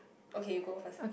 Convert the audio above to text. okay you go first